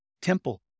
temple